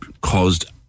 caused